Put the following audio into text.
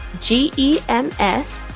G-E-M-S